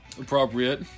appropriate